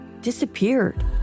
disappeared